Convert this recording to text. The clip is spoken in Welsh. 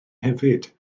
hefyd